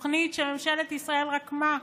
התוכנית שממשלת ישראל רקמה,